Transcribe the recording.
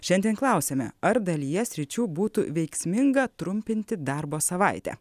šiandien klausiame ar dalyje sričių būtų veiksminga trumpinti darbo savaitę